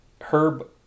Herb